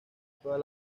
todas